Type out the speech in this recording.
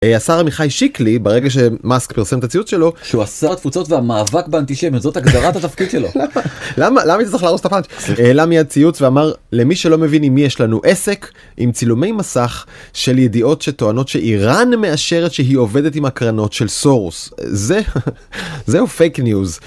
השר עמיחי שיקלי, ברגע שמאסק פרסם את הציוץ שלו, שהוא שר התפוצות והמאבק באנטישמיות, זאת הגדרת התפקיד שלו. למה? למה היית צריך להרוס את הפאנץ? העלה מיד ציוץ ואמר למי שלא מבין עם מי יש לנו עסק עם צילומי מסך של ידיעות שטוענות שאיראן מאשרת שהיא עובדת עם הקרנות של סורוס זה. זהו פייק ניוז.